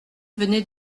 venait